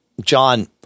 John